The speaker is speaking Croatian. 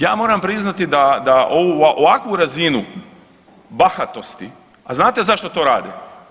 Ja moram priznati da ovakvu razinu bahatosti, a znate zašto to rade?